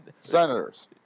Senators